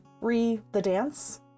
Re-the-dance